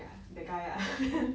ya that guy ah